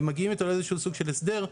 מגיעים איתו לאיזשהו סוג של הסדר.